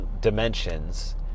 dimensions